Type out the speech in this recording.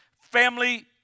family